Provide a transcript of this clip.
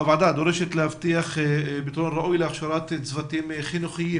הוועדה דורשת להבטיח פתרון ראוי להכשרת צוותים חינוכיים